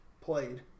played